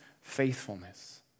faithfulness